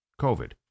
COVID